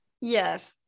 Yes